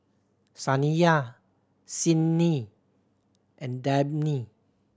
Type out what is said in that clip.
Saniyah Sydni and Dabney